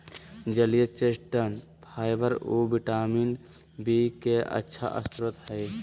जलीय chestnut fibre आऊ vitamin B के अच्छा स्रोत हइ